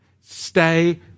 Stay